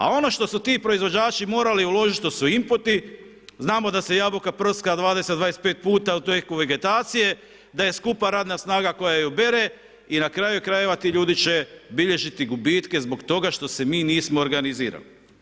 A ono što su ti proizvođači morali uložiti, to su inputi, znamo da se jabuka prska 20-25 puta u tijeku vegetacije, da je skupa radna snaga koja ju bere i na kraju-krajeva ti ljudi će bilježiti gubitke zbog toga što se mi nismo organizirali.